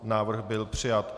Návrh byl přijat.